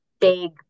big